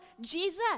Jesus